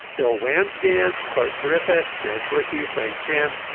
bill wham's. gan's. clark griffith. branch rickey. frank chance.